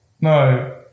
No